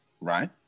right